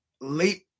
late